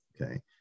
okay